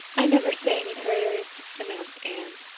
i never say any prayers, announced anne.